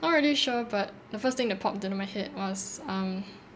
not really sure but the first thing that popped into my head was um